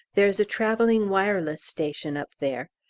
there is a travelling wireless station up there.